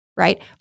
Right